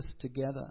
together